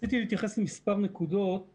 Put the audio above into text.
הראשונה נוגעת למספר הרופאים שעובדים במחוז הדרום.